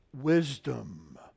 wisdom